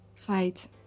Fight